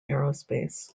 aerospace